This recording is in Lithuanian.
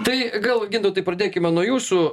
tai gal gintautai pradėkime nuo jūsų